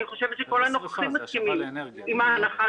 אני חושבת שכל הנוכחים מסכימים להנחה